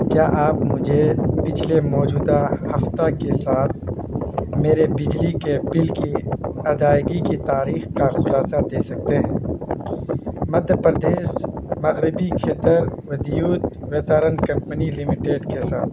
کیا آپ مجھے پچھلے موجودہ ہفتہ کے ساتھ میرے بجلی کے بل کی ادائیگی کی تاریخ کا خلاصہ دے سکتے ہیں مدھیہ پردیش مغربی کھیتر ودیوت ویتارن کمپنی لمیٹڈ کے ساتھ